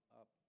up